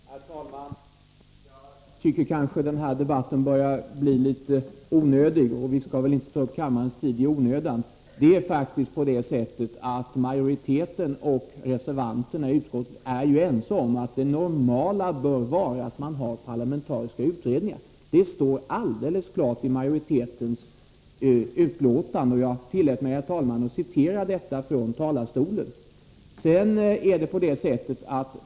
Herr talman! Jag tycker att den här debatten börjar bli litet meningslös, och vi skall väl inte ta upp kammarens tid i onödan. Majoriteten och reservanterna i utskottet är faktiskt ense om att det normala bör vara att man har parlamentariska utredningar. Det står alldeles klart i majoritetens betänkande, och jag tillät mig, herr talman, att citera det från talarstolen.